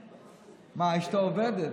מה, אשתו עובדת.